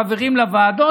אנחנו שלחנו חברים לוועדות,